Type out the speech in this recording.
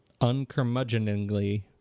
uncurmudgeoningly